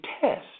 test